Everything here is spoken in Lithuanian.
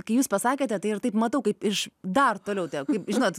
kai jūs pasakėte tai ir taip matau kaip iš dar toliau kaip žinot